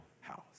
house